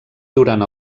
durant